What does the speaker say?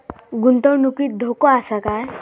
गुंतवणुकीत धोको आसा काय?